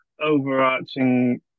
overarching